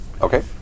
okay